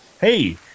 hey